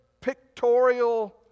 pictorial